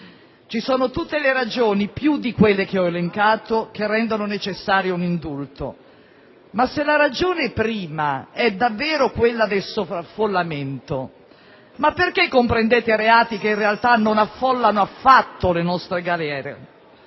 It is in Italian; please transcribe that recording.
Ci sono tutte le ragioni, più di quelle che ho elencato, che rendono necessario l'indulto, ma se la ragione prima è davvero quella del sovraffollamento, perché comprendete reati che in realtà non affollano affatto le nostre galere?